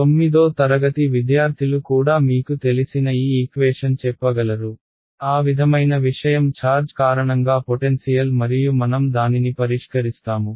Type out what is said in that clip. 9వ తరగతి విద్యార్థిలు కూడా మీకు తెలిసిన ఈ ఈక్వేషన్ చెప్పగలరు ఆ విధమైన విషయం ఛార్జ్ కారణంగా పొటెన్సియల్ మరియు మనం దానిని పరిష్కరిస్తాము